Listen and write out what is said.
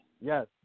Yes